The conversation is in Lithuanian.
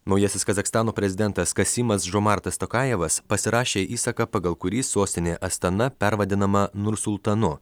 naujasis kazachstano prezidentas kasymas žomartas tokajevas pasirašė įsaką pagal kurį sostinė astana pervadinama nursultanu